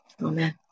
Amen